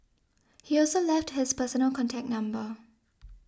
he also left his personal contact number